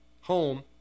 home